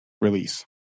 release